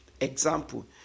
example